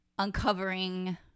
uncovering